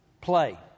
play